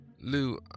Lou